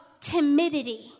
timidity